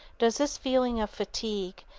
does this feeling of fatigue,